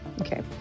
Okay